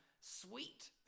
sweet